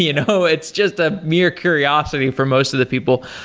you know it's just a mere curiosity for most of the people.